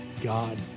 God